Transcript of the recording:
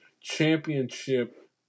championship